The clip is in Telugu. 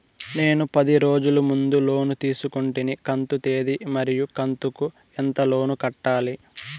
నేను పది రోజుల ముందు లోను తీసుకొంటిని కంతు తేది మరియు కంతు కు ఎంత లోను కట్టాలి?